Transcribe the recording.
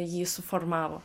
jį suformavo